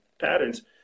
patterns